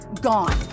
gone